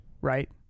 right